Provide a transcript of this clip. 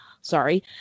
sorry